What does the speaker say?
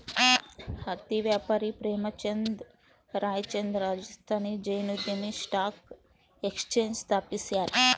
ಹತ್ತಿ ವ್ಯಾಪಾರಿ ಪ್ರೇಮಚಂದ್ ರಾಯ್ಚಂದ್ ರಾಜಸ್ಥಾನಿ ಜೈನ್ ಉದ್ಯಮಿ ಸ್ಟಾಕ್ ಎಕ್ಸ್ಚೇಂಜ್ ಸ್ಥಾಪಿಸ್ಯಾರ